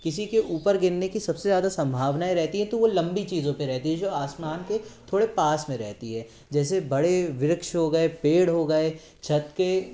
किसी के ऊपर गिरने की सबसे ज़्यादा संभावनाएँ रहती हैं तो वो लंबी चीज़ों पे रेहती हैं जो आसमान के थोड़े पास में रहती हैं जैसे बड़े वृक्ष हो गए पेड़ हो गए छत के